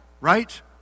right